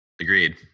Agreed